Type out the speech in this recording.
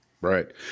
right